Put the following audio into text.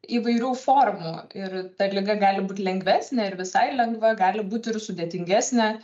įvairių formų ir ta liga gali būt lengvesnė ir visai lengva gali būti ir sudėtingesnė